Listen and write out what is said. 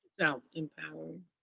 self-empowering